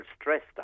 stressed